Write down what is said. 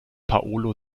paolo